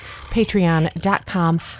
patreon.com